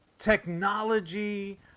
Technology